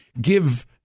give